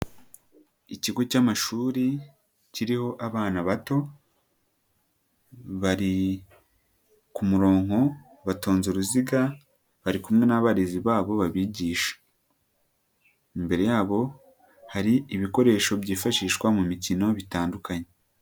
Ikigo cy'amashuri kiriho abana bato, bari ku muronko, batonze uruziga, bari kumwe n'abarezi babo babigisha. Imbere yabo hari ibikoresho byifashishwa mu mikino bitandukanye.